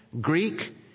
Greek